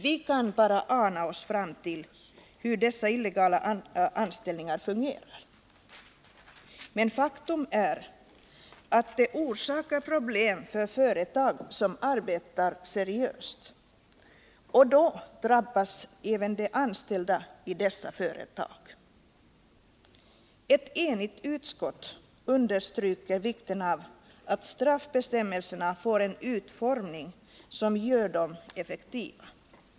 Vi kan bara ana oss till hur dessa illegala arbetsanställningar fungerar. Men faktum är att de orsakar problem för företag som arbetar seriöst, och då drabbas även de anställda i dessa företag. Ett enigt utskott stryker under vikten av att straffbestämmelserna får en utformning som gör dem effektiva.